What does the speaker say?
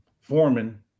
Foreman